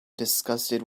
disgusted